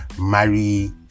marry